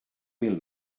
mil